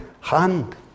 hand